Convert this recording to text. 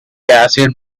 acid